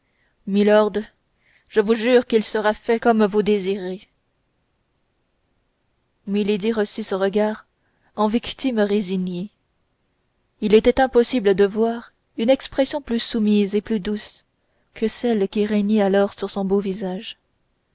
milord je vous jure qu'il sera fait comme vous désirez milady reçut ce regard en victime résignée il était impossible de voir une expression plus soumise et plus douce que celle qui régnait alors sur son beau visage